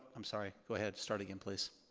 i'm sorry, go ahead, start again, please.